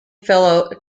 fellow